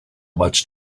much